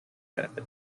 benefited